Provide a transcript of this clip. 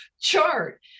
chart